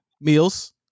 Meals